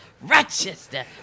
Rochester